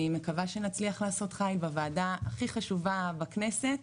אני מקווה שנצליח לעשות חיל בוועדה הכי חשובה בכנסת,